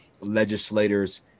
legislators